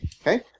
Okay